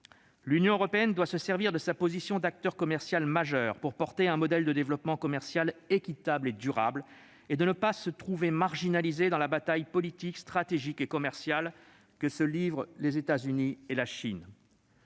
replier. Elle doit se servir de sa position d'acteur commercial majeur pour défendre un modèle de développement commercial équitable et durable et ne pas se trouver marginalisée dans la bataille politique, stratégique et commerciale que se livrent les États-Unis et la Chine.